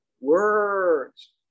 Words